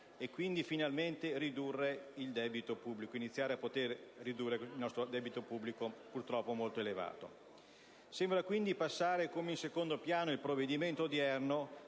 e quindi finalmente iniziare a ridurre il nostro debito pubblico, purtroppo molto elevato. Sembra quindi passare come in secondo piano il provvedimento odierno